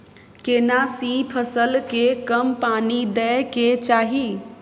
केना सी फसल के कम पानी दैय के चाही?